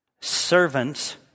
Servants